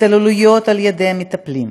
התעללות על ידי מטפלים,